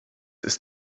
ist